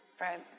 Right